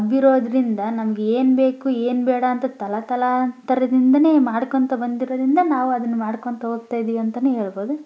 ಹಬ್ಬಿರೋದರಿಂದ ನಮ್ಗೆ ಏನು ಬೇಕು ಏನು ಬೇಡಾಂತ ತಲೆತಲಾಂತರದಿಂದಲೇ ಮಾಡ್ಕೊಳ್ತ ಬಂದಿರೋದರಿಂದ ನಾವು ಅದನ್ನು ಮಾಡ್ಕೊಳ್ತ ಹೋಗ್ತಾ ಇದ್ದೀವಿ ಅಂತಲೇ ಹೇಳ್ಬೋದು